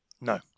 No